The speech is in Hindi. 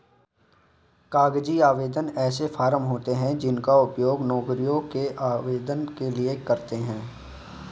कागजी आवेदन ऐसे फॉर्म होते हैं जिनका उपयोग नौकरियों के आवेदन के लिए करते हैं